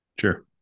Sure